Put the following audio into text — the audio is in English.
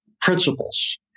principles